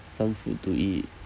some food to eat